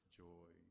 joy